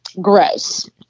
Gross